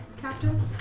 Captain